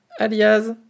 alias